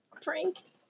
pranked